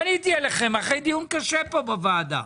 פניתי אליכם אחרי דיון קשה פה בוועדה.